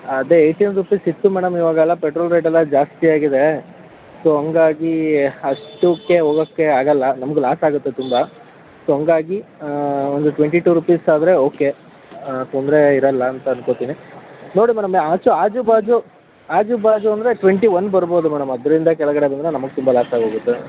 ಅದೇ eighteen rupees ಇತ್ತು madam ಇವಾಗೆಲ್ಲ ಪೆಟ್ರೋಲ್ ರೇಟೆಲ್ಲ ಜಾಸ್ತಿ ಆಗಿದೆ ಸೊ ಹಾಗಾಗಿ ಅಷ್ಟಕ್ಕೆ ಹೋಗಕ್ಕೆ ಆಗಲ್ಲ ನಮಗು ಲಾಸ್ ಆಗುತ್ತೆ ತುಂಬ ಸೊ ಹಾಗಾಗಿ ಒಂದು ಟ್ವೆಂಟಿ ಟು ರುಪೀಸ್ ಆದರೆ ಓಕೆ ತೊಂದರೆ ಇರಲ್ಲ ಅಂತ ಅಂದ್ಕೋತೀನಿ ನೋಡಿ ಮೇಡಮ್ ಆಚೆ ಆಜು ಬಾಜು ಆಜು ಬಾಜು ಅಂದರೆ ಟ್ವೆಂಟಿ ಒನ್ ಬರ್ಬೋದು ಮೇಡಮ್ ಅದರಿಂದ ಕೆಳಗಡೆ ಬಂದರೆ ನಮಗೆ ತುಂಬ ಲಾಸ್ ಆಗಿ ಹೋಗುತ್ತೆ